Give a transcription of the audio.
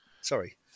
Sorry